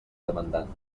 demandant